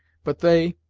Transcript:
but they,